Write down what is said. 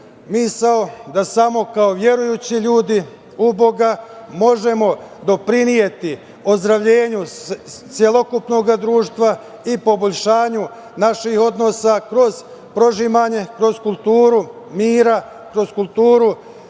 da samo kao verujući ljudi u Boga možemo doprineti ozdravljenju celokupnog društva i poboljšanju naših odnosa kroz prožimanje, kroz kulturu mira, kroz kulturu